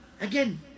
Again